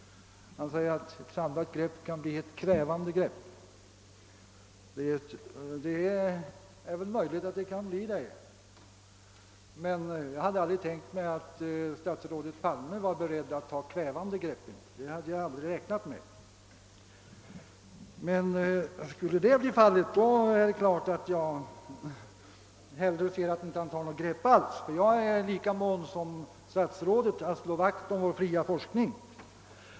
Han säger att ett samlat grepp kan bli ett kvävande grepp. Det är möjligt att det kan bli så. Jag hade aldrig tänkt mig att statsrådet Palme var beredd att ta kvävande grepp. Men skulle det bli fallet, då är det klart att jag hellre ser att man inte tar något grepp alls, ty jag är lika mån som statsrådet att slå vakt om vår fria forskning.